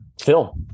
Phil